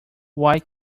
why